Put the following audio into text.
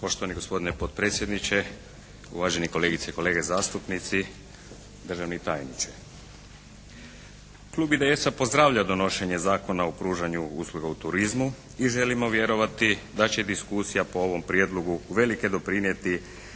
Poštovani gospodine potpredsjedniče, uvažene kolegice i kolege zastupnici, državni tajniče. Klub IDS-a pozdravlja donošenje Zakona o pružanju usluga u turizmu i želimo vjerovati da će diskusija po ovom prijedlogu uvelike doprinijeti